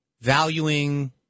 valuing